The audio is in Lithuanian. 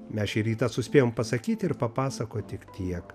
mes šį rytą suspėjom pasakyt ir papasakot tik tiek